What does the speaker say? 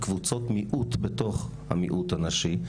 קבוצות מיעוט בתוך המיעוט הנשי.